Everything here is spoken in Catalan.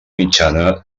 mitjana